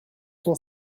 cent